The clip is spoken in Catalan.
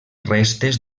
restes